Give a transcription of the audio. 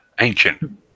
ancient